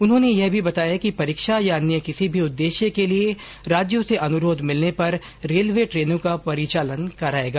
उन्होने यह भी बताया कि परीक्षा या अन्य किसी भी उददेश्य के लिये राज्यों से अनुरोध मिलने पर रेलवे ट्रेनों का परिचालन करेगा